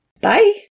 Bye